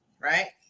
right